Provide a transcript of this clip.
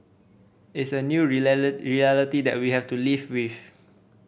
it's a new reality that we'll have to live with